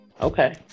okay